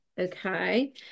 Okay